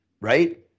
right